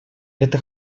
это